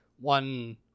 one